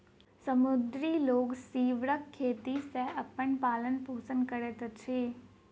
समुद्री लोक सीवरक खेती सॅ अपन पालन पोषण करैत अछि